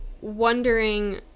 wondering